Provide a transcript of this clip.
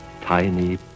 tiny